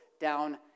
down